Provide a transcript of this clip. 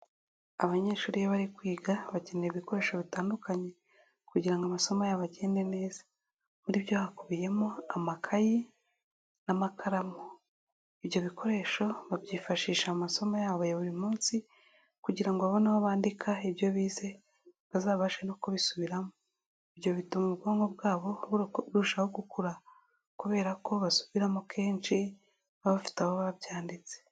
Abanyeshuri iyo bari kwiga bakeneyera ibikoresho bitandukanye kugira ngo amasomo yabo agende neza, muri byo hakubiyemo amakayi n'amakaramu. Ibyo bikoresho babyifashisha mu masomo yabo ya buri munsi, kugira babone aho bandika ibyo bize, bazabashe no kubisubiramo. Ibyo bituma ubwonko bwabo burushaho gukura kubera ko basubiramo kenshi, baba bafite aho babyanditse.